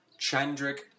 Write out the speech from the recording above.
Chandrik